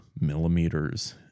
millimeters